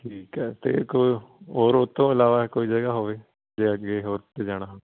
ਠੀਕ ਐ ਤੇ ਕੋਈ ਹੋਰ ਉਹਤੋਂ ਇਲਾਵਾ ਕੋਈ ਜਗ੍ਹਾ ਹੋਵੇ ਜੇ ਅੱਗੇ ਹੋਰ ਕਿਤੇ ਜਾਣਾ